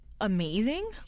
amazing